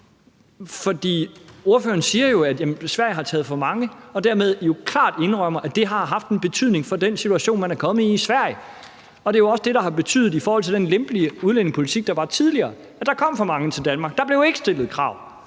hen. Ordføreren siger jo, at Sverige har taget for mange, og indrømmer jo dermed klart, at det har haft en betydning for den situation, man er kommet i i Sverige. Det er jo også det, der har betydet – i forhold til den lempelige udlændingepolitik, der var tidligere – at der kom for mange til Danmark. Der blev ikke stillet krav.